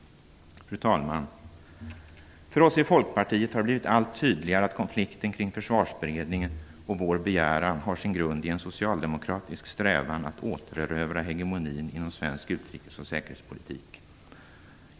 Fru talman! För oss i Folkpartiet har det blivit allt tydligare att konflikten kring Försvarsberedningen och vår begäran har sin grund i en socialdemokratisk strävan att återerövra hegemonin inom svensk utrikesoch säkerhetspolitik.